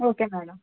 okay madam